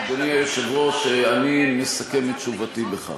אדוני היושב-ראש, אני מסכם את תשובתי בכך.